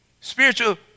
Spiritual